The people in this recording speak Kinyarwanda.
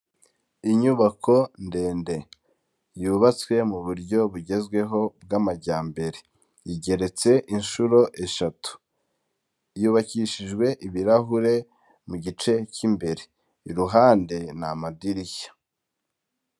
Inyubako ndende yubatswe mu buryo bugezweho bw'amajyambere, igeretse inshuro eshatu, yubakishijwe ibirahure mu gice cy'imbere, iruhande ni amadirishya.